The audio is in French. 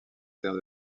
terre